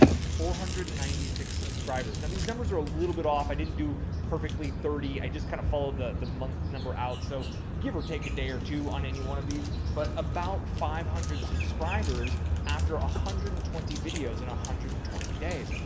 four hundred and ninety six subscribers. now these numbers are a little bit off. i didn't do perfectly thirty. i just kind of followed the, the month number out. so give or take a day or two on any one of these, but about five hundred subscribers after one ah hundred and twenty videos in one hundred and twenty days.